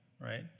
right